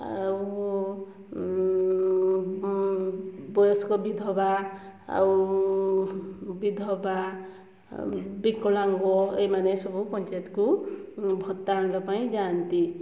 ଆଉ ବୟସ୍କ ବିଧବା ଆଉ ବିଧବା ବିକଳାଙ୍ଗ ଏମାନେ ସବୁ ପଞ୍ଚାୟତକୁ ଭତ୍ତା ଆଣିବା ପାଇଁ ଯାଆନ୍ତି